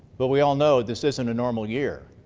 but we all know this isn't a normal year.